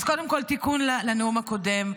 אז קודם כול, תיקון לנאום הקודם,